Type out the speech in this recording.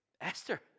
Esther